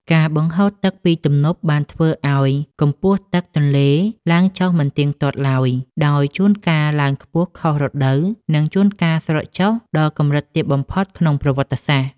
ការបង្ហូរទឹកពីទំនប់បានធ្វើឱ្យកម្ពស់ទឹកទន្លេឡើងចុះមិនទៀងទាត់ឡើយ ដោយជួនកាលឡើងខ្ពស់ខុសរដូវ និងជួនកាលស្រកចុះដល់កម្រិតទាបបំផុតក្នុងប្រវត្តិសាស្ត្រ។